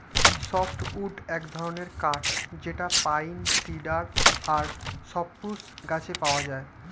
soft wood এক ধরনের কাঠ যেটা পাইন, সিডার আর সপ্রুস গাছে পাওয়া যায়